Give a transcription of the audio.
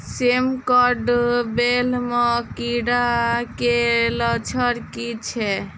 सेम कऽ बेल म कीड़ा केँ लक्षण की छै?